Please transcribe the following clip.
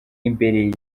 imbere